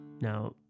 Now